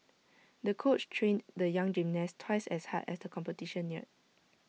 the coach trained the young gymnast twice as hard as the competition neared